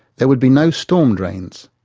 there would be no storm drains.